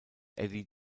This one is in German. eddie